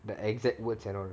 the exact words and all